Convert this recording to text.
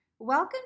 Welcome